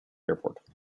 airport